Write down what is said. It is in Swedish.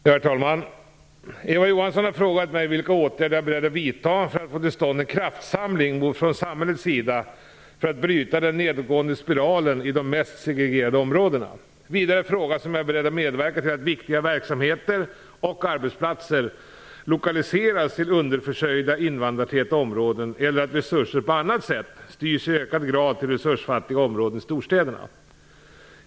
Herr talman! Eva Johansson har frågat mig vilka åtgärder jag är beredd att vidta för att få till stånd en kraftsamling från samhällets sida för att bryta den nedåtgående spiralen i de mest segregerade områdena. Vidare frågas om jag är beredd att medverka till att viktiga verksamheter och arbetsplatser lokaliseras till underförsörjda invandrartäta områden eller att resurser på annat sätt styrs i ökad grad till resursfattiga områden i storstäderna.